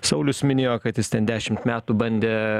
saulius minėjo kad jis ten dešimt metų bandė